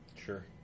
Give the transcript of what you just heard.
sure